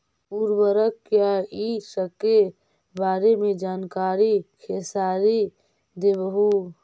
उर्वरक क्या इ सके बारे मे जानकारी खेसारी देबहू?